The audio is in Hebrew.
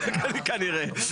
כנראה.